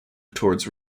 towards